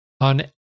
on